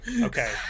Okay